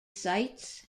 sights